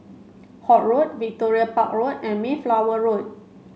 Holt Road Victoria Park Road and Mayflower Road